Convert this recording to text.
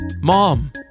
Mom